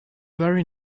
very